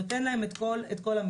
המפקד נותן להם את כל המסגרת.